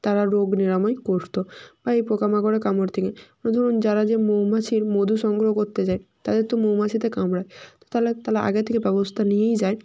তারা রোগ নিরাময় করতো বা এই পোকা মাকড়ের কামড় থেকে ও ধরুন যারা যে মৌমাছির মধু সংগ্রহ করতে যায় তাদের তো মৌমাছিতে কামড়ায় তাহলে তাহলে আগে থেকে ব্যবস্থা নিয়েই যায়